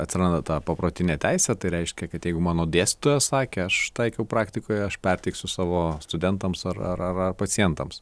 atranda ta paprotinė teisė tai reiškia kad jeigu mano dėstytojas sakė aš taikiau praktikoj aš perteiksiu savo studentams ar ar ar ar pacientams